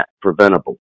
preventable